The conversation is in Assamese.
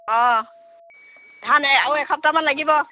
অঁ ধান আৰু এসপ্তাহমান লাগিব